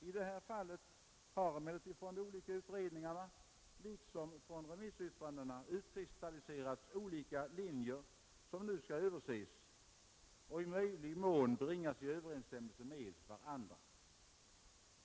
I detta fall har emellertid från de olika utredningarna liksom från remissyttrandena utkristalliserats olika linjer som nu skall överses och i möjlig mån bringas i överensstämmelse med varandra.